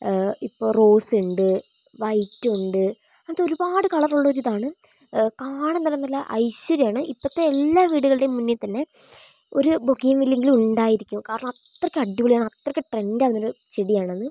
ഇപ്പം റോസുണ്ട് വൈറ്റുണ്ട് അങ്ങനത്തെ ഒരുപാട് കളറൊള്ളൊരിതാണ് കാണാൻ തന്നെ നല്ല ഐശ്വര്യാണ് ഇപ്പഴത്തെ എല്ലാ വീടുകളുടെയും മുന്നെത്തന്നെ ഒരു ബോഗെയിൻ വില്ലയെങ്കിലും ഉണ്ടായിരിക്കും കാരണം അത്രയ്ക്കും അടിപൊളിയാണ് അത്രയ്ക്കും ട്രെൻഡായുള്ള ചെടിയാണത്